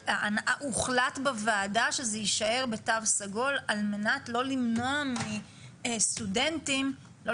הוחלט בוועדה שזה יישאר בתו סגול על מנת לא למנוע מסטודנטים לא